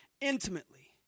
intimately